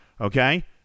okay